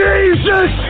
Jesus